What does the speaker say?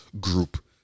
group